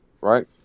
right